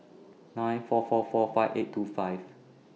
nine four four four five eight two five